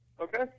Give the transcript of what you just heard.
okay